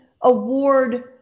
award